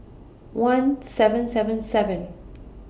one seven seven seven